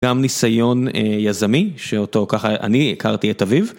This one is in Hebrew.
גם ניסיון יזמי שאותו ככה אני הכרתי את אביו.